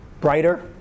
brighter